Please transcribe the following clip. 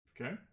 Okay